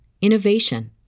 innovation